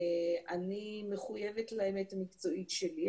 אני מחויבת לאמת המקצועית שלי,